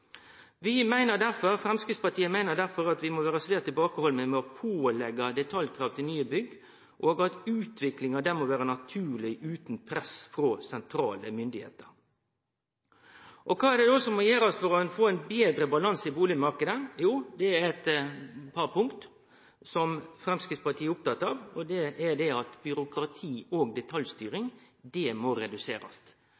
Framstegspartiet meiner derfor at vi må vere svært tilbakehaldne med å påleggje detaljkrav til nye bygg, og at utviklinga der må vere naturleg, utan press frå sentrale styresmakter. Kva er det då som må gjerast for å få ein betre balanse i bustadmarknaden? Jo, det er eit par punkt som Framstegspartiet er opptatt av, f.eks. at byråkrati og